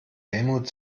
helmut